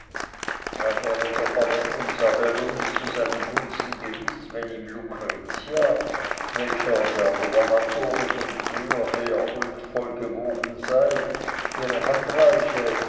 der verwendung serbellonis zu seinen gunsten gewiß wenn ihm lucretia welcher der gubernatore von früher her huldvoll gewogen sei ihre hand reiche